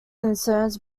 concerns